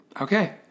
Okay